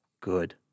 good